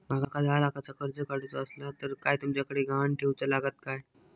माका दहा लाखाचा कर्ज काढूचा असला तर काय तुमच्याकडे ग्हाण ठेवूचा लागात काय?